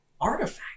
artifact